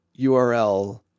URL